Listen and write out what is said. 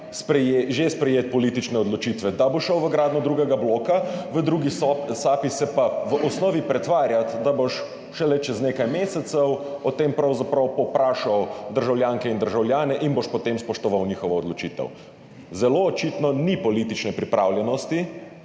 že sprejeti politične odločitve, da boš šel v gradnjo drugega bloka, v drugi sapi se pa v osnovi pretvarjati, da boš šele čez nekaj mesecev o tem pravzaprav povprašal državljanke in državljane in boš potem spoštoval njihovo odločitev. Zelo očitno ni politične pripravljenosti,